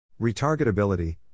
Retargetability